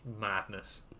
madness